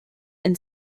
and